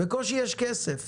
בקושי יש כסף